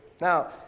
Now